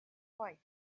twice